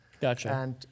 Gotcha